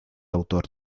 autor